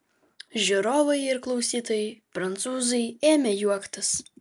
žiūrovai ir klausytojai prancūzai ėmė juoktis